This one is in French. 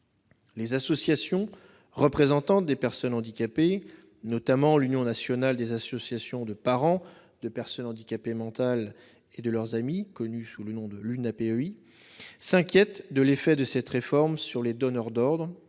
Les associations représentantes des personnes handicapées, notamment l'Union nationale des associations de parents de personnes handicapées mentales et de leurs amis, connue sous le nom d'Unapei, s'inquiètent de l'effet de cette réforme sur les donneurs d'ordre,